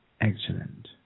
Excellent